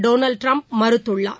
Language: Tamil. டொனால்ட் டிரம்ப் மறுத்துள்ளார்